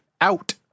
out